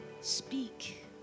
Speak